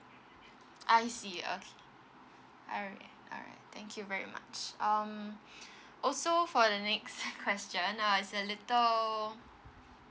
I see okay alright alright thank you very much um also for the next question is a little